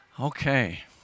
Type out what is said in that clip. Okay